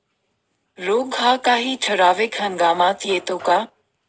रोग हा काही ठराविक हंगामात येतो का?